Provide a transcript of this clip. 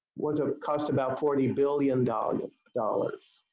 was it cost about forty billion dollar dollars.